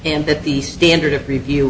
and that the standard of review